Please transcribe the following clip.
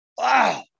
Wow